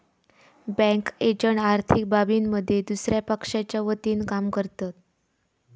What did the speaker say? bank agent आर्थिक बाबींमध्ये दुसया पक्षाच्या वतीनं काम करतत